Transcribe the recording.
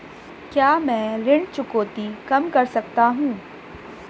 क्या मैं ऋण चुकौती कम कर सकता हूँ?